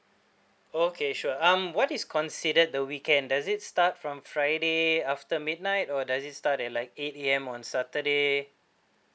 okay sure um what is considered the weekend does it start from friday after midnight or does it start at like eight A_M on saturday